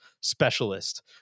specialist